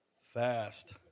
Fast